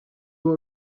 will